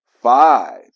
five